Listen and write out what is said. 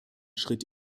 schritt